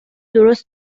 درست